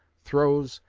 throes,